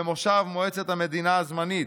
במושב מועצת המדינה הזמנית,